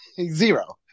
Zero